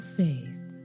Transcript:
faith